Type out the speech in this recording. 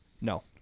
No